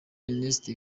ernest